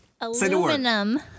aluminum